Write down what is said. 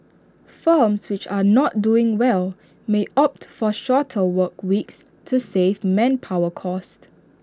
firms which are not doing well may opt for shorter work weeks to save manpower costs